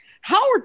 howard